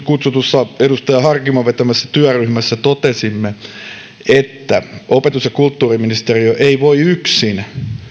kutsutussa edustaja harkimon vetämässä työryhmässä totesimme että opetus ja kulttuuriministeriö ei voi yksin